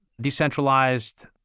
decentralized